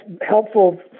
helpful